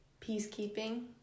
Peacekeeping